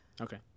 okay